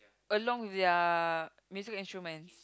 along with their music instrument